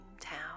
town